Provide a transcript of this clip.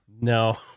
no